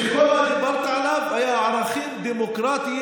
שכל מה שדיברת עליו היה ערכים דמוקרטיים,